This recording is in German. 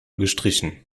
gestrichen